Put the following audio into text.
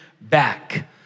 back